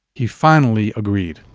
he finally agreed